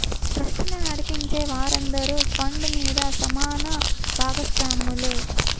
ట్రస్టును నడిపించే వారందరూ ఫండ్ మీద సమాన బాగస్వాములే